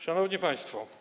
Szanowni Państwo!